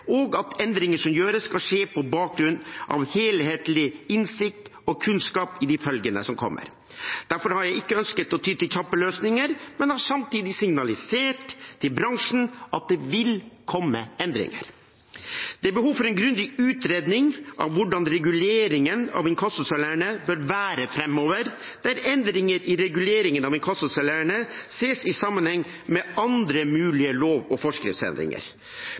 og at endringer som gjøres, skal skje på bakgrunn av helhetlig innsikt i og kunnskap om de følgene som kommer. Derfor har jeg ikke ønsket å ty til kjappe løsninger, men har samtidig signalisert til bransjen at det vil komme endringer. Det er behov for en grundig utredning av hvordan reguleringen av inkassosalærene bør være framover, der endringer i reguleringen av inkassosalærene ses i sammenheng med andre mulige lov- og forskriftsendringer.